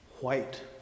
white